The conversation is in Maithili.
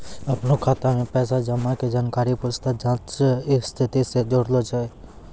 अपनो खाता मे जमा पैसा के जानकारी पूछताछ जांच स्थिति से जुड़लो छै